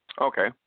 Okay